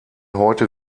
heute